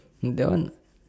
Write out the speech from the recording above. that one